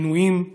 העינויים,